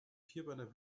vierbeiner